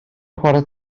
chwarae